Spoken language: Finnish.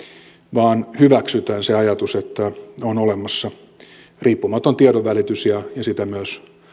vaan hyväksytään se ajatus että on olemassa riippumaton tiedonvälitys ja sitä myös